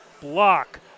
block